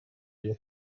you